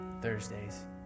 Thursdays